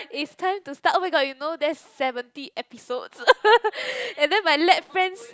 is time to start oh-my-god you know that's seventy episodes and then my lab friends